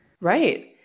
Right